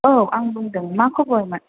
औ आं बुंदों मा खबरमोन